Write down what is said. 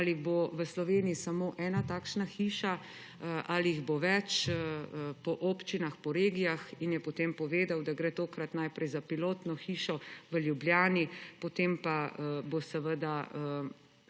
ali bo v Sloveniji samo ena takšna hiša ali jih bo več po občinah, po regijah, in je potem povedal, da gre tokrat najprej za pilotno hišo v Ljubljani, potem pa se